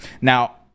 Now